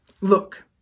Look